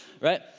right